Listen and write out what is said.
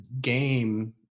game